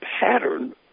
pattern